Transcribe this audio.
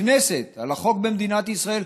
הכנסת על החוק במדינת ישראל,